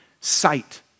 sight